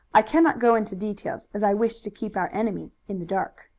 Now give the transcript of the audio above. i cannot go into details, as i wish to keep our enemy in the dark.